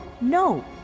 no